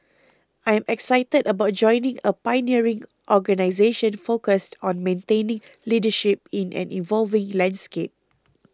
I'm excited about joining a pioneering organisation focused on maintaining leadership in an evolving landscape